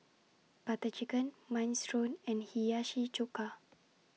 Butter Chicken Minestrone and Hiyashi Chuka